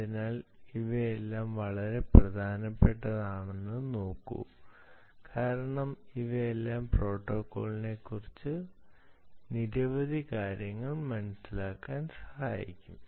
അതിനാൽ ഇവയെല്ലാം വളരെ പ്രധാനപ്പെട്ടതാണെന്ന് നോക്കൂ കാരണം അവയെല്ലാം പ്രോട്ടോക്കോളിനെക്കുറിച്ച് നിരവധി കാര്യങ്ങൾ മനസ്സിലാക്കാൻ സഹായിക്കും